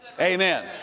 Amen